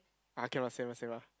ah can ah same lah same lah